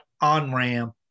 on-ramp